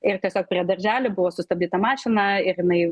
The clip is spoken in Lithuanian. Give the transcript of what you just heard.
ir tiesiog prie darželio buvo sustabdyta mašina ir jinai